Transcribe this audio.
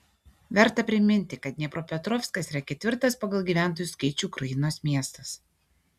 verta priminti kad dniepropetrovskas yra ketvirtas pagal gyventojų skaičių ukrainos miestas